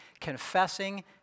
Confessing